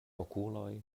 okuloj